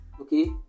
okay